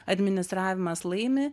administravimas laimi